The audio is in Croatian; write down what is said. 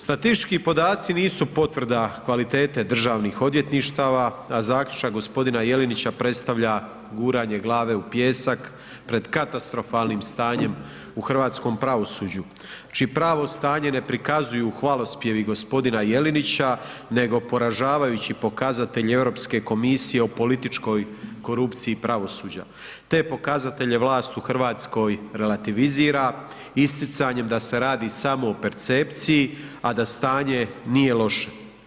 Statistički podaci nisu potvrda kvalitete državnih odvjetništava, a zaključak gospodina Jelenića predstavlja guranje glave u pijeska pred katastrofalnim stanjem u hrvatskom pravosuđu čije pravo stanje ne prikazuju hvalospjevi gospodina Jelenića nego poražavajući pokazatelji Europske komisije o političkoj korupciji pravosuđa te pokazatelje vlasti u Hrvatskoj relativizira isticanjem da se radi samo o percepciji, a da stanje nije loše.